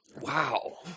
wow